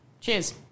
cheers